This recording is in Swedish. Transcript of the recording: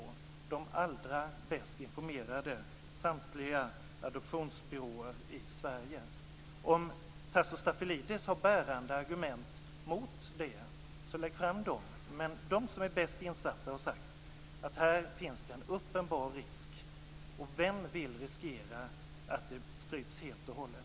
Jo, det gör de allra bäst informerade - samtliga adoptionsbyrårer i Sverige. Om Tasso Stafilidis har bärande argument mot det kan han lägga fram dem, men de som är bäst insatta har sagt att det finns en uppenbar risk. Vem vill riskera att adoptionerna stryps helt och hållet?